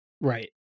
Right